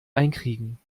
einkriegen